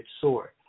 sword